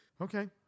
okay